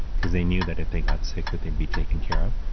because they knew that if they got sick that they'd be taken care of.